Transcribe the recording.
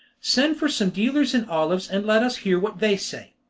send for some dealers in olives, and let us hear what they say!